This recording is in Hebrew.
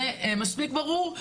זה מספיק ברור,